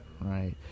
right